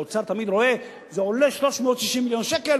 האוצר תמיד רואה: זה עולה 360 מיליון שקל,